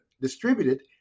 distributed